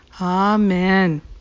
Amen